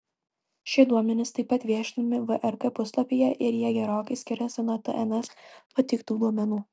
šie duomenys taip pat viešinami vrk puslapyje ir jie gerokai skiriasi nuo tns pateiktų duomenų